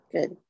Good